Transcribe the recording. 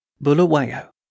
Bulawayo